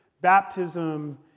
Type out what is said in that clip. baptism